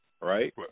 right